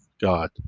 God